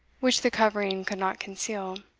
which the covering could not conceal.